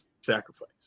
sacrifice